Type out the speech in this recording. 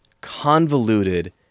convoluted